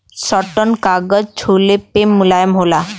satin कागज छुले पे मुलायम होला